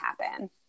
happen